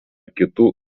kitų